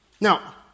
Now